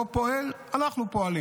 הוא לא פועל, אנחנו פועלים,